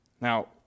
Now